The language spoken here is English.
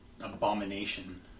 abomination